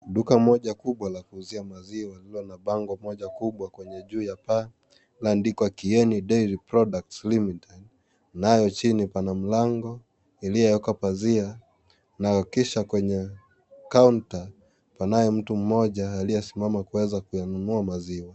Duka moja kubwa la kuuzia maziwa lililo na bango moja kwenye juu ya paa laandikwa Kieni Dairy Products Limited, nayo chini pana mlango iliyoekwa pazia na kisha kwenye counter panae mtu mmoja aliyesimama kuweza kuyanunua maziwa.